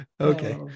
okay